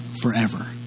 forever